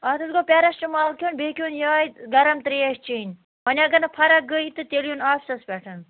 اَتھ حظ گوٚو پٮ۪رَسٹٕمال کھیوٚن بیٚیہِ کھیوٚن یِہوٚے گرم ترٛیش چیٚنۍ وۄنۍ اگر نہٕ فرق گٔے تہِ تیٚلہِ یُن آفِسَس پٮ۪ٹھ